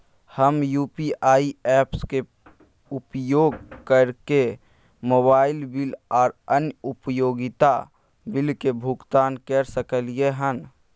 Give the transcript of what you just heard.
हम UPI apps के उपयोग कैरके मोबाइल बिल आर अन्य उपयोगिता बिल के भुगतान कैर सकलिये हन